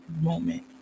moment